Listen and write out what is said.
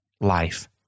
life